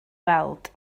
weld